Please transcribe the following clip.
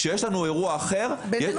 כשיש לנו אירוע אחר- -- בעינינו-